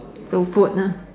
so food lah